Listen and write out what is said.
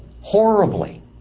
horribly